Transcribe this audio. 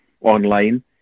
online